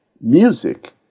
music